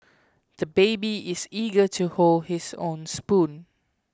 the baby is eager to hold his own spoon